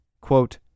Quote